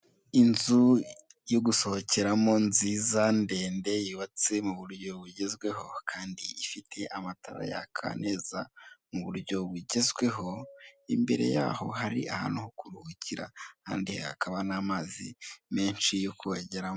Inzu yo gusohokeramo nziza ndende yubatswe muburyo bugezweho, Kandi ifite amatara yaka neza muburyo bugezweho imbere ya yo, hari ahantu ho kuruhukira kandi hakaba n'amazi menshi yo kogeramo